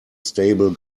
stable